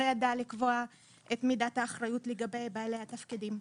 יודע לקבוע את מידת האחריות של בעלי התפקידים.